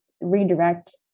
redirect